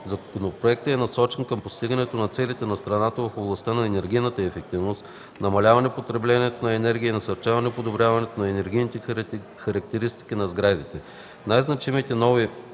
Законопроектът е насочен към постигането на целите на страната в областта на енергийната ефективност, намаляване потреблението на енергия и насърчаване подобряването на енергийните характеристики на сградите.